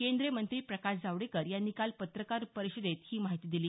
केंद्रीय मंत्री प्रकाश जावडेकर यांनी काल पत्रकार परिषदेत ही माहिती दिली